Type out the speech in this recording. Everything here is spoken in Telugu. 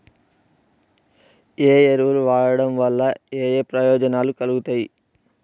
ఏ ఎరువులు వాడటం వల్ల ఏయే ప్రయోజనాలు కలుగుతయి?